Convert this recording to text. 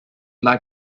like